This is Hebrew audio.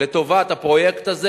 לטובת הפרויקט הזה,